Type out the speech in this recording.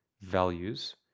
values